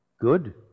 Good